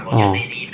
ah